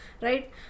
right